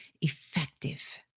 effective